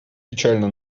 печально